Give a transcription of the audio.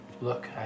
look